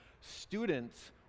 students